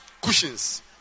Cushions